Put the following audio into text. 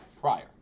prior